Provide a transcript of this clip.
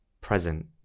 present